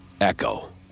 Echo